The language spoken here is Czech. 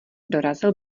dorazil